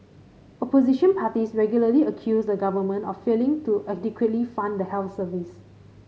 opposition parties regularly accuse the government of failing to adequately fund the health service